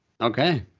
Okay